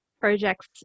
projects